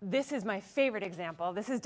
this is my favorite example this is